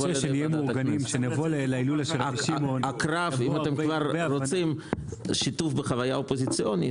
אם אתם כבר רוצים שיתוף בחוויה אופוזיציונית,